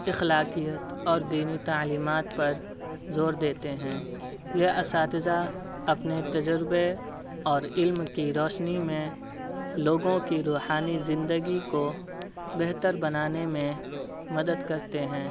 اخلاقیت اور دینی تعلیمات پر زور دیتے ہیں یہ اساتذہ اپنے تجربے اور علم کی روشنی میں لوگوں کی روحانی زندگی کو بہتر بنانے میں مدد کرتے ہیں